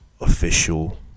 official